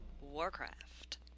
Warcraft